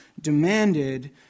demanded